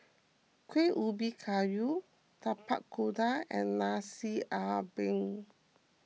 Kueh Ubi Kayu Tapak Kuda and Nasi Ambeng